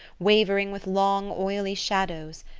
wavering with long, oily shadows,